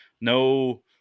no